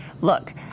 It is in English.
look